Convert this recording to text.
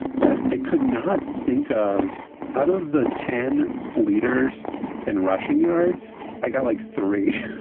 but i could not think of out of the ten leaders in rushing yards, i got like three.